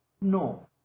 No